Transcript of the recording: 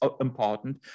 important